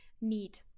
need